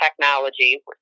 technology